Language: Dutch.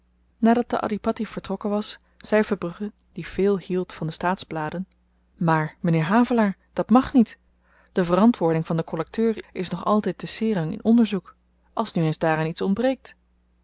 nadat de adhipatti vertrokken was zei verbrugge die veel hield van de staatsbladen maar m'nheer havelaar dat mag niet de verantwoording van den kollekteur is nog altyd te serang in onderzoek als nu eens daaraan iets ontbreekt